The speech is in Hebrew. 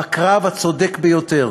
בקרב הצודק ביותר,